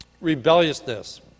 rebelliousness